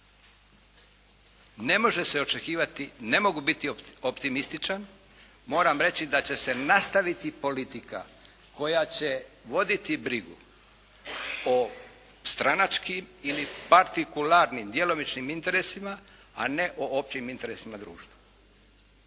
Ne može se očekivati, ne mogu biti optimističan. Moram reći da će se nastaviti politika koja će voditi brigu o stranačkim ili partikularnim djelomičnim interesima a ne o općim interesima društva.